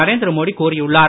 நரேந்திர மோடி கூறியுள்ளார்